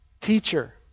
Teacher